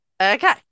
Okay